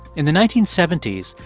in the nineteen seventy s,